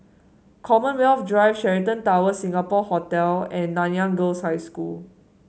Commonwealth Drive Sheraton Towers Singapore Hotel and Nanyang Girls' High School